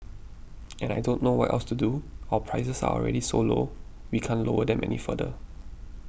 and I don't know what else to do our prices are already so low we can't lower them any further